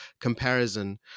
comparison